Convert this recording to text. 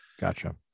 gotcha